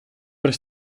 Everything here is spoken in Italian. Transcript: per